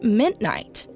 midnight